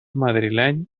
madrileny